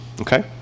okay